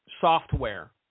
software